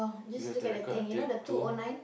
we have to record until two